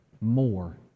more